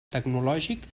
tecnològic